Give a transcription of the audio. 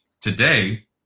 today